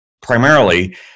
Primarily